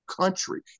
country